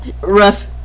rough